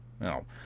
No